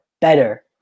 better